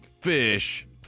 fish